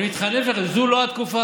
אני מתחנן בפניכם, זו לא התקופה.